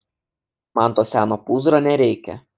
man to seno pūzro nereikia